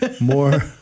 More